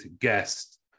guest